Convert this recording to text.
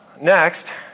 Next